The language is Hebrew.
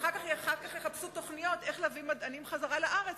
אחר כך יחפשו תוכניות איך להביא מדענים חזרה לארץ,